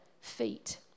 feet